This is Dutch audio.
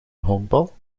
honkbal